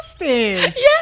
Yes